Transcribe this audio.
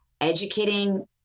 educating